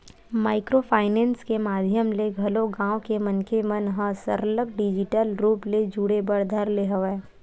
micro finance के माधियम ले घलो गाँव के मनखे मन ह सरलग डिजिटल रुप ले जुड़े बर धर ले हवय